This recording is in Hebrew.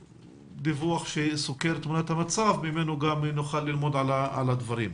דיווח שסוקר את תמונת המצב ממנו גם נוכל ללמוד על הדברים.